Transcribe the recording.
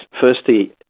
firstly